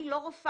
אני לא רופאה,